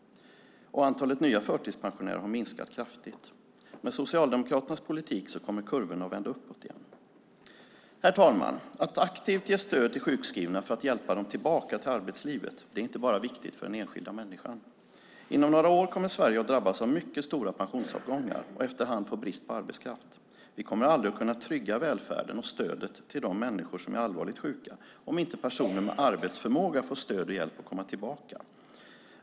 Antalet nya förtidspensionärer har minskat kraftigt. Med Socialdemokraternas politik kommer kurvorna att vända uppåt igen. Herr talman! Att aktivt ge stöd till sjukskrivna för att hjälpa dem tillbaka till arbetslivet är inte bara viktigt för den enskilda människan. Inom några år kommer Sverige att drabbas av mycket stora pensionsavgångar och efterhand få brist på arbetskraft. Vi kommer aldrig att kunna trygga välfärden och stödet till de människor som är allvarligt sjuka om inte personer med arbetsförmåga får stöd och hjälp att komma tillbaka.